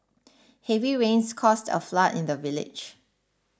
heavy rains caused a flood in the village